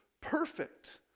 perfect